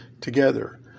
together